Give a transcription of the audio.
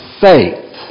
faith